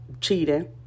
cheating